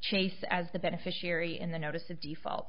chase as the beneficiary in the notice of default